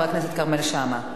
חבר הכנסת כרמל שאמה.